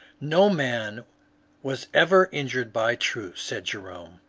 no man was ever injured by truth, said jerome.